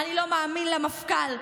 אני לא מאמין למפכ"ל,